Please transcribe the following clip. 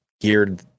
geared